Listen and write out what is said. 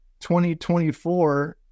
2024